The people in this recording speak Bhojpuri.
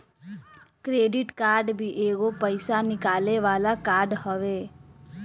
क्रेडिट कार्ड भी एगो पईसा निकाले वाला कार्ड हवे